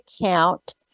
account